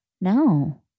no